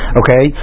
okay